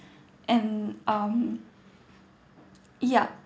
and um yup